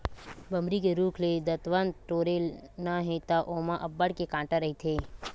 बमरी के रूख ले दतवत टोरना हे त ओमा अब्बड़ के कांटा रहिथे